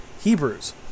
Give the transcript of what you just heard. Hebrews